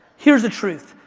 here's the truth,